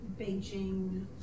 Beijing